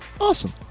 Awesome